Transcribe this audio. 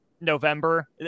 November